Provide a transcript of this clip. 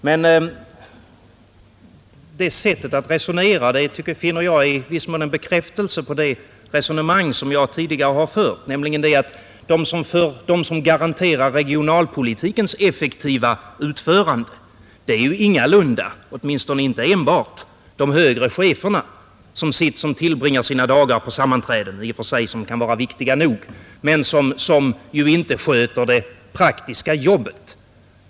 Men det sättet att resonera är i viss mån en bekräftelse på det resonemang som jag tidigare fört, nämligen att de som garanterar regionalpolitikens effektiva utförande ju ingalunda — åtminstone inte enbart — är de högre cheferna, som tillbringar sina dagar på sammanträden, vilka i och för sig kan vara nog så viktiga. De gör inte det praktiska jobbet.